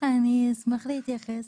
אני אשמח להתייחס.